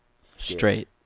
Straight